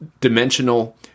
dimensional